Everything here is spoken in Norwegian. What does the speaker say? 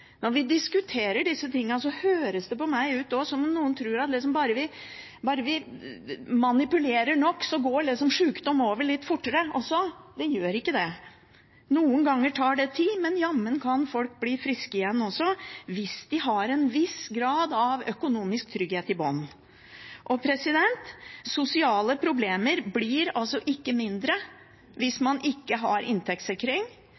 Når vi diskuterer dette, hører det for meg ut som om noen tror at bare vi manipulerer nok, går sykdom over litt fortere også – det gjør ikke det. Noen ganger tar det tid, men jammen kan folk bli friske igjen også, hvis de har en viss grad av økonomisk trygghet i bunnen. Sosiale problemer blir ikke mindre hvis man ikke har inntektssikring, og helseproblemer blir ikke mindre hvis